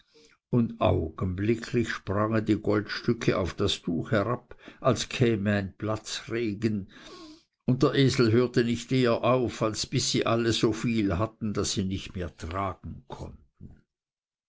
und augenblicklich sprangen die goldstücke auf das tuch herab als käme ein platzregen und der esel hörte nicht eher auf als bis alle so viel hatten daß sie nicht mehr tragen konnten